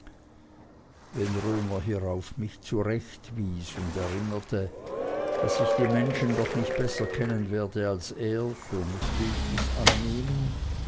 wenn römer hierauf mich zurechtwies und erinnerte daß ich die menschen doch nicht besser kennen werde als er so mußte ich dies annehmen